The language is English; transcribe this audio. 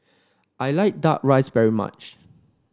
I like duck rice very much